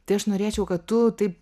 tai aš norėčiau kad tu taip